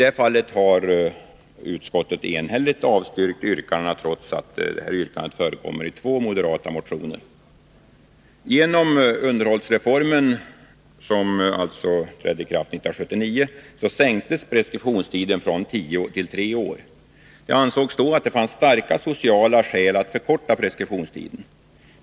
Utskottet har enhälligt avstyrkt det yrkandet, trots att det förekommer i två moderata motioner. Genom underhållsreformen, som trädde i kraft 1979, förkortades preskriptionstiden från tio till tre år. Det ansågs då att det fanns starka sociala skäl för att förkorta preskriptionstiden.